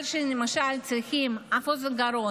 אבל למשל כאשר צריכים רופא אף אוזן גרון,